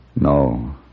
No